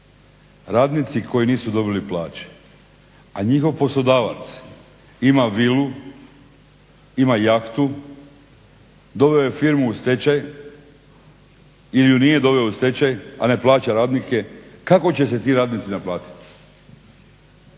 Radnici koji nisu dobili plaću, a njihov poslodavac ima vilu, ima jahtu, doveo je firmu u stečaj ili ju nije doveo u stečaj, a ne plaća radnike kako će se ti radnici naplatiti?